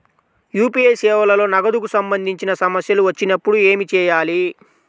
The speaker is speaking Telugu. యూ.పీ.ఐ సేవలలో నగదుకు సంబంధించిన సమస్యలు వచ్చినప్పుడు ఏమి చేయాలి?